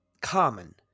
common